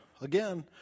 Again